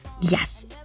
Yes